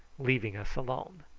leaving us alone.